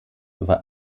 war